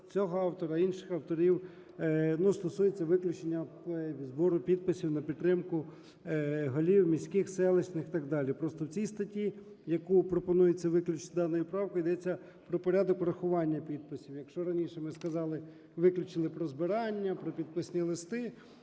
цього автора, інших авторів, ну, стосується виключення збору підписів на підтримку голів міських, селищних і так далі. Просто в цій статті, яку пропонується виключити даною правкою, йдеться про порядок врахування підписів. Якщо раніше ми сказали, виключили про збирання, про підписні листи,